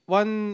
one